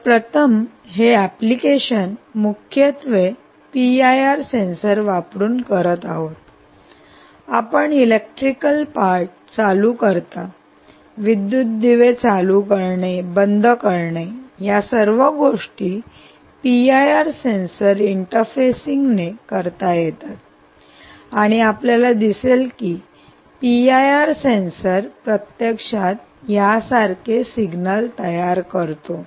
तर प्रथम हे एप्लीकेशन मुख्यत्वे पीआयआर वापरून करत आहोत आपण इलेक्ट्रिकल पार्ट चालू करता विद्युत दिवे चालू करणे बंद करणे या सर्व गोष्टी पीआयआर सेन्सर इंटरफेसिंगने करता येतात आणि आपल्याला दिसेल की पीआयआर सेन्सर प्रत्यक्षात यासारखे सिग्नल तयार करतो